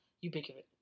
ubiquitous